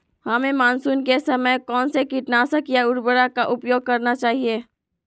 हमें मानसून के समय कौन से किटनाशक या उर्वरक का उपयोग करना चाहिए?